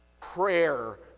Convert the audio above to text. prayer